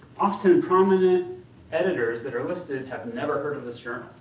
often prominent editors that are listed have never heard of this your